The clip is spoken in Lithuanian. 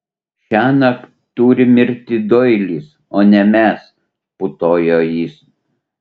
šiąnakt turi mirti doilis o ne mes putojo jis